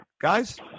guys